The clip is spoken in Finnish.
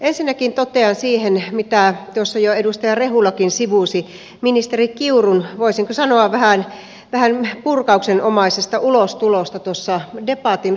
ensinnäkin totean mitä tuossa jo edustaja rehulakin sivusi ministeri kiurun voisinko sanoa vähän purkauksenomaisesta ulostulosta tuossa debatin loppuvaiheessa